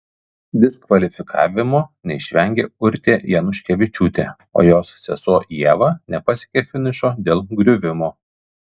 diskvalifikavimo neišvengė urtė januškevičiūtė o jos sesuo ieva nepasiekė finišo dėl griuvimo